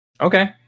Okay